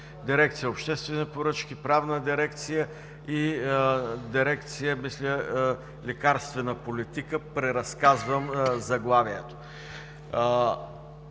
дирекция „Обществени поръчки“, „Правна дирекция“ и дирекция „Лекарствена политика“. Преразказвам заглавието.